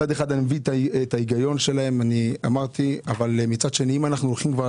מצד אחד אני מבין את ההיגיון שלהם אבל מצד שני אם אנחנו הולכים על